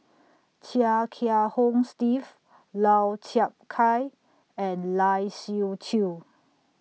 Chia Kiah Hong Steve Lau Chiap Khai and Lai Siu Chiu